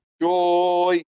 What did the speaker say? Joy